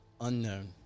unknown